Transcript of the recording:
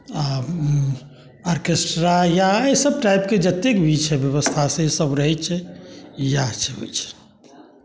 आ आर्केस्ट्रा या अहि सभ टाइपके जतेक भी छै व्यवस्था से सभ रहै छै इएह सभ होइ छै